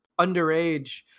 underage